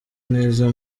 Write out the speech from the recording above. neza